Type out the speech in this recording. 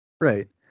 Right